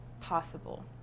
possible